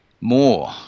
more